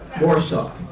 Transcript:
Warsaw